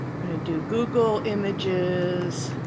going to do google images,